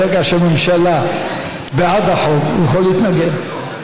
מרגע שהממשלה בעד החוק, הוא יכול להתנגד.